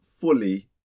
fully